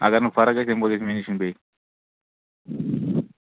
اَگر نہٕ فرق گژھِ تَمہِ پتہٕ گژھِ مےٚ نِش یُن بیٚیہِ